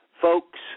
folks